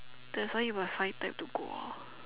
that's why you must find time to go lor